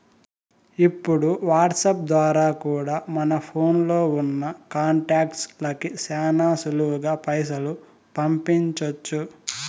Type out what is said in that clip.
ఇప్పుడు వాట్సాప్ ద్వారా కూడా మన ఫోన్లో ఉన్నా కాంటాక్ట్స్ లకి శానా సులువుగా పైసలు పంపించొచ్చు